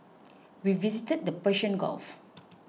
we visited the Persian Gulf